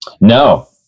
no